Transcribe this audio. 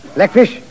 Blackfish